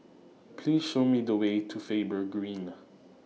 Please Show Me The Way to Faber Green